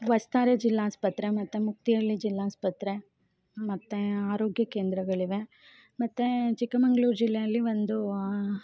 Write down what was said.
ವಸ್ತಾರೆ ಜಿಲ್ಲಾಸ್ಪತ್ರೆ ಮತ್ತು ಮುಕ್ತಿಹಳ್ಳಿ ಜಿಲ್ಲಾಸ್ಪತ್ರೆ ಮತ್ತು ಆರೋಗ್ಯ ಕೇಂದ್ರಗಳಿವೆ ಮತ್ತು ಚಿಕ್ಕಮಂಗ್ಳೂರು ಜಿಲ್ಲೆಯಲ್ಲಿ ಒಂದು ವಾ